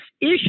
issue